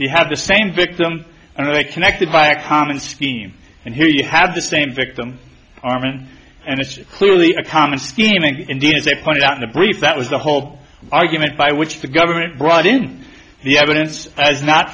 you have the same victim and they connected by a common scheme and here you have the same victim armin and it's clearly a common scheming indeed as they pointed out in the brief that was the whole argument by which the government brought in the evidence as not